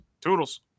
Toodles